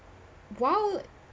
while